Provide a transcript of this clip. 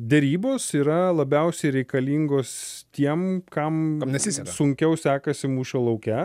derybos yra labiausiai reikalingos tiem kam sunkiau sekasi mūšio lauke